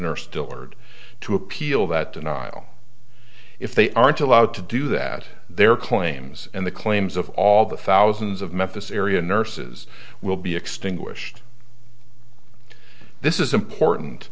nurse dillard to appeal that denial if they aren't allowed to do that their claims and the claims of all the thousands of memphis area nurses will be extinguished this is important